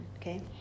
okay